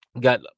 Got